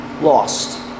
lost